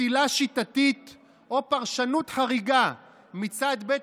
פסילה שיטתית או פרשנות חריגה מצד בית